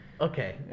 Okay